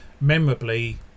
memorably